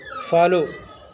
follow